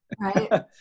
Right